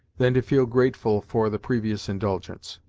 than to feel grateful for the previous indulgence.